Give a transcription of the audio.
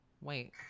Wait